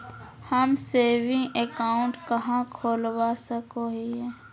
हम saving account कहाँ खोलवा सको हियै?